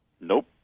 Nope